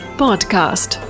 podcast